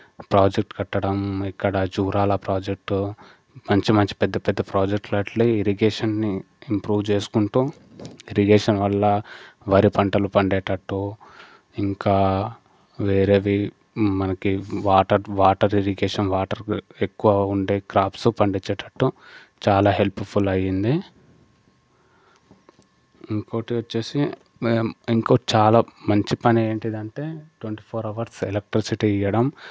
project కట్టడం ఇక్కడ Jurala project మంచి మంచి పెద్ద పెద్ద ప్రాజెక్టులట్లి ఇరిగేషన్ని ఇంప్రూవ్ చేసుకుంటూ ఇరిగేషన్ వల్ల వరి పంటలు పండేటట్టు ఇంకా వేరేవి మనకి వాటర్ వాటర్ ఇరిగేషన్ వాటర్ ఎక్కువ ఉంటే క్రాప్స్ పండించేటట్టు చాలా హెల్ప్ఫుల్ అయింది ఇంకోటి వచ్చేసి మేం ఇంకోటి చాలా మంచి పని ఏంటిదంటే ట్వంటీ ఫోర్ అవర్స్ ఎలక్ట్రిసిటీ ఇయడం